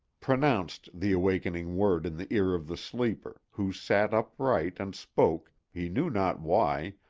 pronounced the awakening word in the ear of the sleeper, who sat upright and spoke, he knew not why,